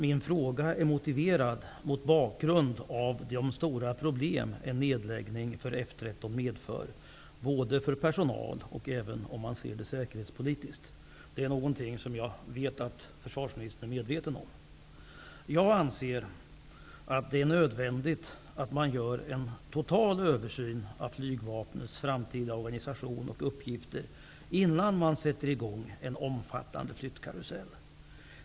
Min fråga är motiverad mot bakgrund av de stora problem en nedläggning av F 13 medför för personalen och för säkerhetspolitiken. Det vet jag att försvarsministern är medveten om. Jag anser att det är nödvändigt att man gör en total översyn av flygvapnets framtida organisation och uppgifter innan man sätter i gång en omfattande flyttkarusell.